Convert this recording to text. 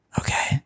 okay